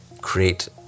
create